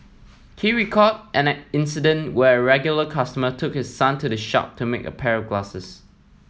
he recalled an incident when a regular customer took his son to the shop to make a pair of glasses